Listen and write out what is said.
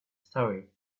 story